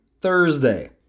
Thursday